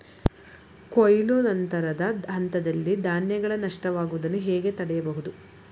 ಕೊಯ್ಲು ನಂತರದ ಹಂತದಲ್ಲಿ ಧಾನ್ಯಗಳ ನಷ್ಟವಾಗುವುದನ್ನು ಹೇಗೆ ತಡೆಯಬಹುದು?